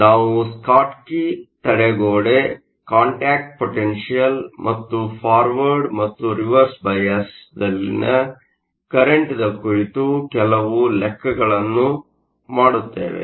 ನಾವು ಸ್ಕಾಟ್ಕಿ ತಡೆಗೋಡೆ contact potential ಮತ್ತು ಫಾರ್ವರ್ಡ್ ಮತ್ತು ರಿವರ್ಸ್ ಬಯಾಸ್Reverse biasದಲ್ಲಿನ ಕರೆಂಟ್Current ಅನ್ನು ಕುರಿತು ಕೆಲವು ಲೆಕ್ಕಗಳನ್ನು ಮಾಡುತ್ತೇವೆ